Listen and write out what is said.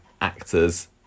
actors